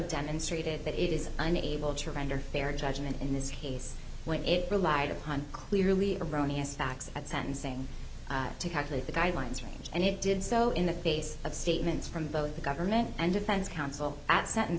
demonstrated that it is unable to render fair judgment in this case when it relied upon clearly erroneous facts at sentencing to calculate the guidelines range and it did so in the face of statements from both the government and defense counsel